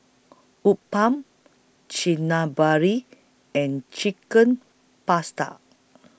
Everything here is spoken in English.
Uthapam and Chicken Pasta